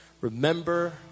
Remember